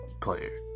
player